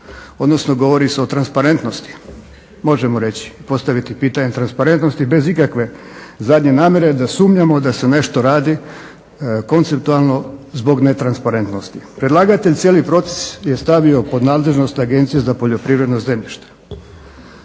odnosno govori se o transparentnosti. Možemo reći i postaviti pitanje transparentnosti bez ikakve zadnje namjere da sumnjamo da se nešto radi konceptualno zbog netransparentnosti. Predlagatelj cijeli proces je stavio pod nadležnost Agencije za poljoprivredno zemljište.